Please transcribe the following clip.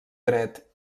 dret